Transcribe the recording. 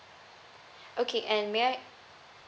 okay and may I